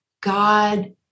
God